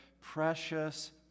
precious